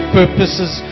purposes